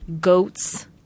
goats